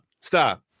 stop